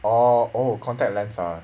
orh oh contact lens ah